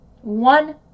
one